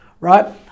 right